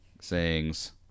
sayings